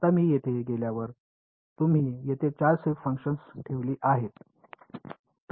आता मी येथे गेल्यावर तुम्ही येथे चार शेप फंक्शन्स ठेवली आहेत